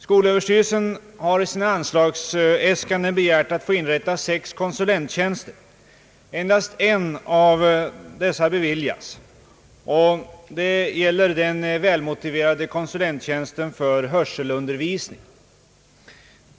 Skolöverstyrelsen har i sina anslagsäskanden begärt att få inrätta sex konsulenttjänster. Endast en av dessa beviljas, och det gäller den välmotiverade konsulenttjänsten för hörselundervisning.